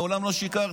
מעולם לא שיקרתי.